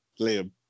Liam